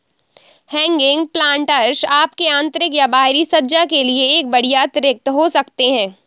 hanging planters आपके आंतरिक या बाहरी सज्जा के लिए एक बढ़िया अतिरिक्त हो सकते है